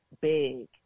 big